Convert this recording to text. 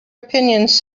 opinions